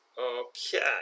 Okay